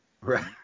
Right